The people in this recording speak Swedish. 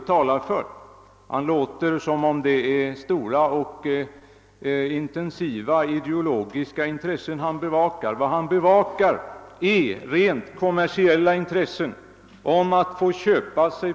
Det låter på herr Ahlmark som om han skulle bevaka stora och angelägna ideella intressen, medan det i själva verket är fråga om ett rent kommersiellt intresse för köp av en länköverföring.